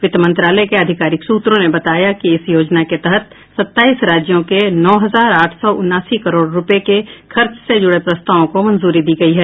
वित्त मंत्रालय के अधिकारिक सूत्रों ने बताया कि इस योजना के तहत सत्ताईस राज्यों के नौ हजार आठ सौ उनासी करोड़ रूपये के खर्च से जुड़े प्रस्तावों को मंजूरी दी गई है